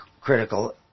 critical